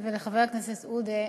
ולחבר הכנסת עודה,